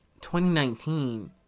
2019